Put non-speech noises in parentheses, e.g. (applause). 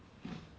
(noise)